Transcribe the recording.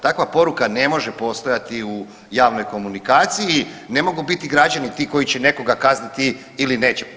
Takva poruka ne može postojati u javnoj komunikaciji, ne mogu biti građani ti koji će nekoga kazniti ili neće.